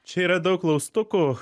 čia yra daug klaustukų